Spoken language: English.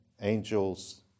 angels